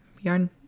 yarn